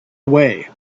away